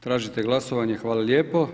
Tražite glasovanje, hvala lijepo.